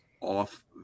off